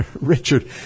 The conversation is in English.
Richard